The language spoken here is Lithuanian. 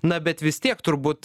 na bet vis tiek turbūt